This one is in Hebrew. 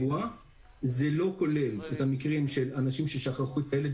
זה לא כולל את המקרים של אנשים ששכחו את הילד,